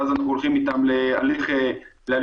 ואז הם הולכים איתם להליך רישוי.